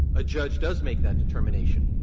a judge does make that determination.